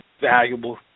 valuable